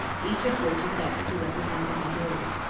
each of which affects to represent the majority.